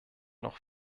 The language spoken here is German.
noch